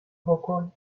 بکن